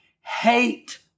hate